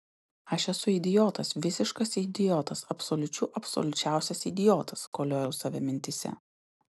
aš esu idiotas visiškas idiotas absoliučių absoliučiausias idiotas koliojau save mintyse